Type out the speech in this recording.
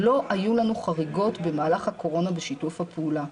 לא היו לנו חריגות במהלך הקורונה בשיתוף הפעולה.